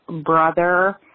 brother